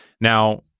Now